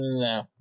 no